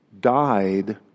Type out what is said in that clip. died